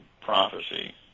prophecy